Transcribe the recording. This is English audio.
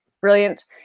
brilliant